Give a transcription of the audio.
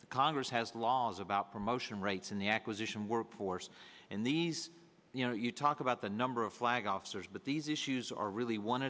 the congress has laws about promotion rates in the acquisition workforce and these you know you talk about the number of flag officers but these issues are really one